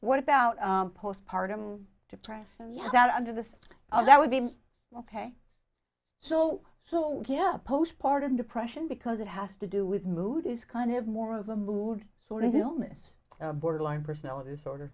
what about postpartum depression yes there under this or that would be ok so so yeah postpartum depression because it has to do with mood is kind of more of a mood sort of illness borderline personality disorder